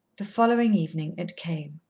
the following evening it came.